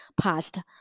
past